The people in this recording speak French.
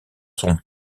son